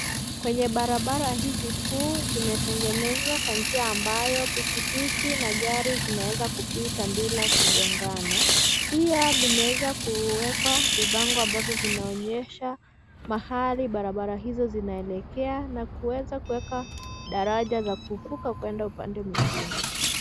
Kwenye barabara hizi kuu zimetegenezwa kwa njia ambayo pikipiki na gari zinaweza kupita bila kugongana. Pia imeweza kuwekwa vibango ambavyo vinaonyesha mahali barabara hizo zinaelekea na kuweza kuweka daraja za kuvuka kwenda upande mwingine.